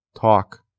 Talk